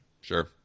Sure